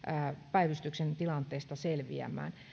päivystyksen tilanteista selviämään